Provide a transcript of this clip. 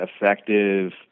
effective